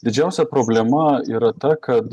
didžiausia problema yra ta kad